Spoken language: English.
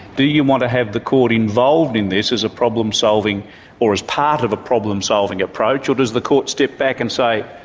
do you want to have the court involved in this as a problem-solving, or as part of a problem-solving approach, or does the court step back and say,